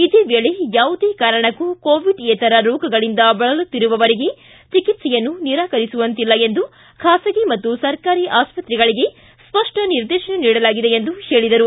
ಇದೇ ವೇಳೆ ಯಾವುದೇ ಕಾರಣಕ್ಕೂ ಕೋವಿಡ್ಯೇತರ ರೋಗಗಳಿಂದ ಬಳಲುತ್ತಿರುವವರಿಗೆ ಚಿಕಿತ್ಸೆಯನ್ನು ನಿರಾಕರಿಸುವಂತಿಲ್ಲ ಎಂದು ಖಾಸಗಿ ಮತ್ತು ಸರ್ಕಾರಿ ಆಸ್ಪತ್ರೆಗಳಿಗೆ ಸ್ಪಷ್ಟ ನಿರ್ದೇಶನ ನೀಡಲಾಗಿದೆ ಎಂದು ಹೇಳಿದರು